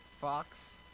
Fox